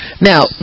Now